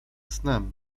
snem